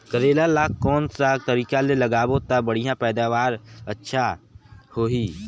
करेला ला कोन सा तरीका ले लगाबो ता बढ़िया पैदावार अच्छा होही?